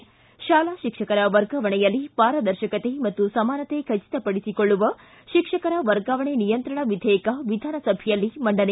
ಿ ಶಾಲಾ ಶಿಕ್ಷಕರ ವರ್ಗಾವಣೆಯಲ್ಲಿ ಪಾರದರ್ಶಕತೆ ಮತ್ತು ಸಮಾನತೆ ಖಚಿತಪಡಿಸಿಕೊಳ್ಳುವ ಶಿಕ್ಷಕರ ವರ್ಗಾವಣೆ ನಿಯಂತ್ರಣ ವಿಧೇಯಕ ವಿಧಾನಸಭೆಯಲ್ಲಿ ಮಂಡನೆ